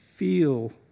feel